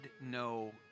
no